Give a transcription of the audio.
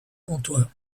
comtois